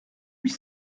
huit